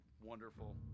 wonderful